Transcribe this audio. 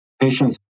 patients